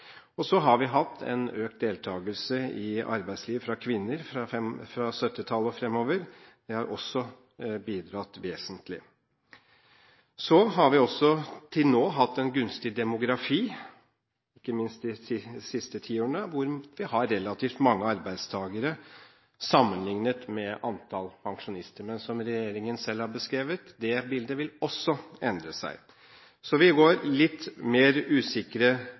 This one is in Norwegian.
årene. Så har vi hatt en økt deltakelse i arbeidslivet fra kvinner fra 1970-tallet og fremover. Det har også bidratt vesentlig. Vi har også til nå hatt en gunstig demografi, ikke minst de siste ti årene, hvor vi har relativt mange arbeidstakere sammenliknet med antall pensjonister. Men som regjeringen selv har beskrevet, det bildet vil også endre seg. Så vi går litt mer usikre